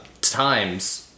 times